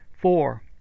Four